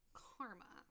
karma